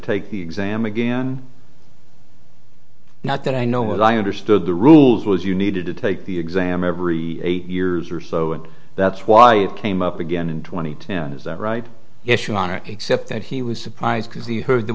take the exam again not that i know what i understood the rules was you needed to take the exam every eight years or so and that's why it came up again in two thousand and ten is that right yes your honor except that he was surprised because he heard there